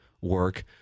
work